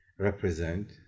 represent